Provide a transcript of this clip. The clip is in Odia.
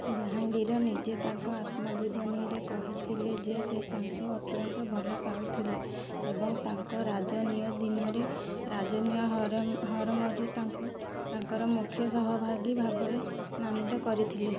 ଜାହାଙ୍ଗୀର ନିଜେ ତାଙ୍କ ଆତ୍ମଜୀବନୀରେ କହିଥିଲେ ଯେ ସେ ତାଙ୍କୁ ଅତ୍ୟନ୍ତ ଭଲ ପାଉଥିଲେ ଏବଂ ତାଙ୍କ ରାଜକୀୟ ଦିନରେ ରାଜକୀୟ ହରେ ହରେମରେ ତାଙ୍କୁ ତାଙ୍କର ମୁଖ୍ୟ ସହଭାଗୀ ଭାବରେ ନାମିତ କରିଥିଲେ